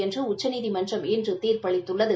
என்று உச்சநீதிமன்றம் இன்று தீர்ப்பு அளித்துள்ளது